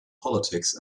politics